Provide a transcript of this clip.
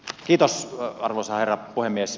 kiitos arvoisa herra puhemies